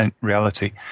reality